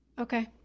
Okay